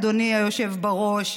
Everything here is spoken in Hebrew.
אדוני היושב בראש,